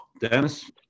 Dennis